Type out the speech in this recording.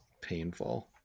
Painful